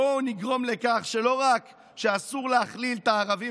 בואו נגרום לכך שלא רק שאסור להכליל את הערבים,